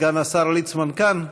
סגן השר ליצמן כאן?